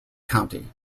county